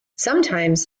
sometimes